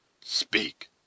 Speak